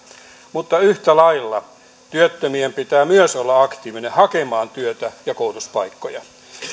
mutta yhtä lailla työttömien pitää myös olla aktiivisia hakemaan työtä ja koulutuspaikkoja